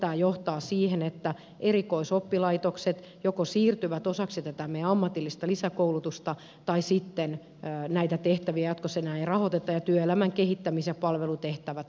tämä johtaa siihen että joko erikoisoppilaitokset siirtyvät osaksi tätä meidän ammatillista lisäkoulutusta tai sitten näitä tehtäviä jatkossa enää ei rahoiteta ja työelämän kehittämis ja palvelutehtävät poistuvat